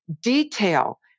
detail